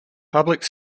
public